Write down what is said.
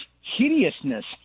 hideousness